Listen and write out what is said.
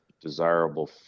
desirable